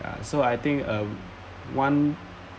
ya so I think um one